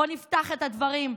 בוא נפתח את הדברים.